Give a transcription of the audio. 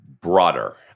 broader